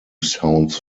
sounds